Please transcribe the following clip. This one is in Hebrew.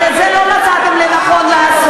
אבל את זה לא מצאתם לנכון לעשות.